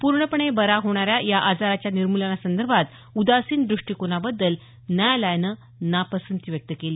पूर्णपणे बरा होणाऱ्या या आजाराच्या निर्मूलनासंदर्भात उदासीन द्रष्टीकोनाबद्दल न्यायालयानं नापसंती व्यक्त केली